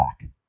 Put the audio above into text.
back